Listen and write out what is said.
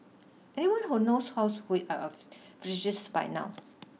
anyone who knows house we flirtatious by now